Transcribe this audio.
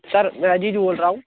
sir मैं अजीज बोल रहा हूँ